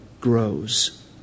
grows